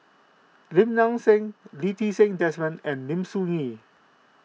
Lim Nang Seng Lee Ti Seng Desmond and Lim Soo Ngee